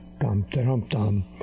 dum-dum-dum